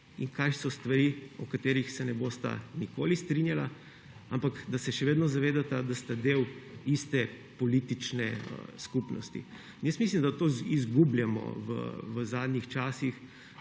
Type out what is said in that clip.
in kaj so stvari, glede katerih se ne bosta nikoli strinjala; ampak da se še vedno zavedata, da sta del iste politične skupnosti. Mislim, da to izgubljamo v zadnjih časih